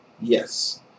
Yes